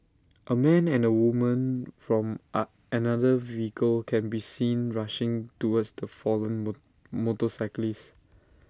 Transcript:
A man and A woman from A another vehicle can be seen rushing towards the fallen motorcyclist